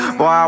Boy